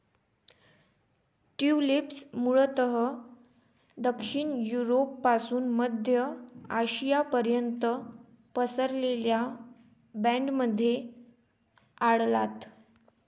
tulips मूळतः दक्षिण युरोपपासून मध्य आशियापर्यंत पसरलेल्या बँडमध्ये आढळतात